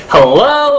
Hello